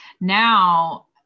now